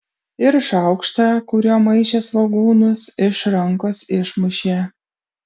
ir šaukštą kuriuo maišė svogūnus iš rankos išmušė